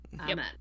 Amen